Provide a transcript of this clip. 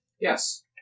Yes